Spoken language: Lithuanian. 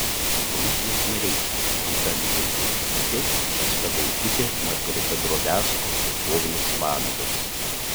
komisijos nariai rūta mikelkevičiūtė asta baukutė margarita drobiazko ir povilas vanagas